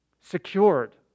secured